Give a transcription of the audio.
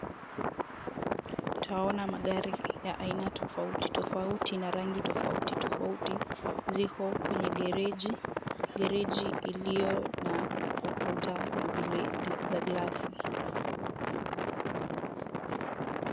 Twaona magari ya aina tofauti tofauti na rangi tofauti tofauti ziko kwenye gereji . Gereji iliyo na ukuta za glasi.